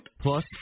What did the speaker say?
Plus